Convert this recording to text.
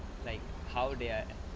like how they are